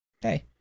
hey